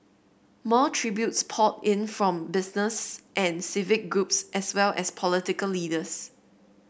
more tributes poured in from business and civic groups as well as political leaders